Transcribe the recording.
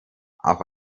auch